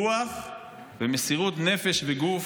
רוח ומסירות נפש וגוף,